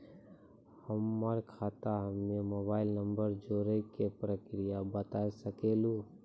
हमर खाता हम्मे मोबाइल नंबर जोड़े के प्रक्रिया बता सकें लू?